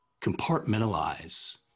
compartmentalize